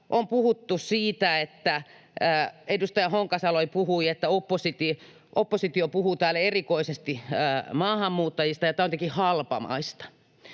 on puhuttu siitä — edustaja Honkasalo puhui — että oppositio puhuu täällä erikoisesti maahanmuuttajista ja tämä on jotenkin halpamaista.